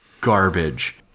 Garbage